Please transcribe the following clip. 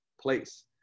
place